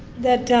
that